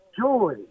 joy